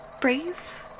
Brave